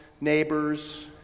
neighbors